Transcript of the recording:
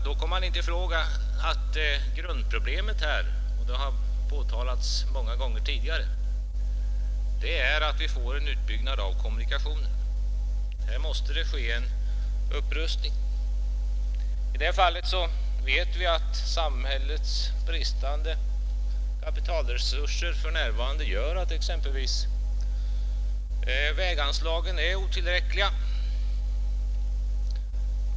Då kommer man inte ifrån att grundproblemet är kommunikationer, vilket påpekats många gånger tidigare. Kommunikationerna måste rustas upp och byggas ut. Samhällets bristande kapitalresurser gör att exempelvis väganslagen är otillräckliga.